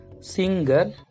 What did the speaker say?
singer